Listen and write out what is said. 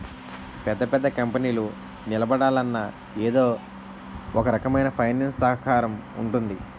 పెద్ద పెద్ద కంపెనీలు నిలబడాలన్నా ఎదో ఒకరకమైన ఫైనాన్స్ సహకారం ఉంటుంది